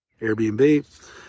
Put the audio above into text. Airbnb